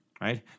right